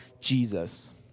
Jesus